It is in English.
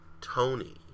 Tony